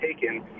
taken